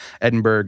Edinburgh